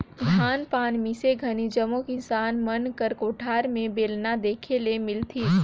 धान पान मिसे घनी जम्मो किसान मन कर कोठार मे बेलना देखे ले मिलतिस